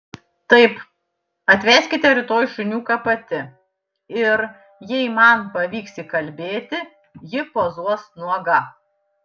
taip atveskite rytoj šuniuką pati ir jei man pavyks įkalbėti ji pozuos nuoga